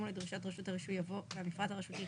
"לדרישות רשות הרישוי" יבוא "המפרט הרשותי",